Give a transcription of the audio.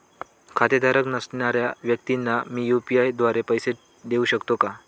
खातेधारक नसणाऱ्या व्यक्तींना मी यू.पी.आय द्वारे पैसे देऊ शकतो का?